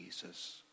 Jesus